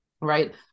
right